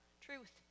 truth